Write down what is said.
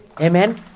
Amen